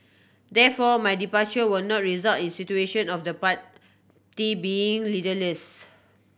therefore my departure will not result in situation of the party being leaderless